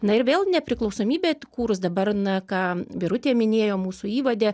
na ir vėl nepriklausomybę atkūrus dabar na ką birutė minėjo mūsų įvade